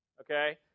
Okay